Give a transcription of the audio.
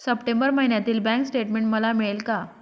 September महिन्यातील bank statement मला मिळेल का?